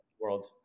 world